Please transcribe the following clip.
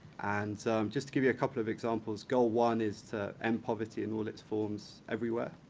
and just to give you a couple of examples goal one is to end poverty in all its forms everywhere,